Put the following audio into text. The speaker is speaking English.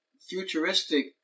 futuristic